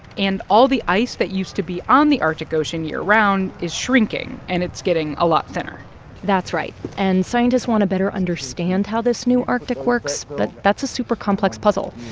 and all the ice that used to be on the arctic ocean year-round is shrinking, and it's getting a lot thinner that's right. and scientists want to better understand how this new arctic works, but that's a super-complex puzzle.